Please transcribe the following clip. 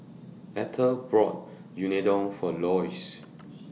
Etter bought Unadon For Loyce